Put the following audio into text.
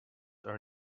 are